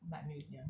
night museum